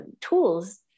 tools